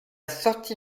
sortie